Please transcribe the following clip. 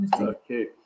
Okay